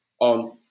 on